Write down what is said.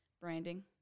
branding